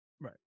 Right